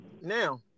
Now